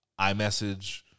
iMessage